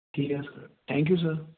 ਠੀਕ ਆ sir thank you sir